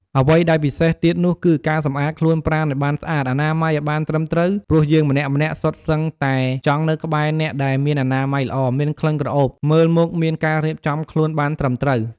អ្វីដែលពិសេសទៀតនោះគឺការសម្អាតខ្លួនប្រាណឱ្យបានស្អាត អនាម័យឱ្យបានត្រឹមត្រូវ ព្រោះយើងម្នាក់ៗសុទ្ធសឹងតែចង់នៅក្បែរអ្នកដែលមានអនាម័យល្អ មានក្លិនក្រអូប មើលមកមានការរៀបចំខ្លួនបានត្រឹមត្រូវ។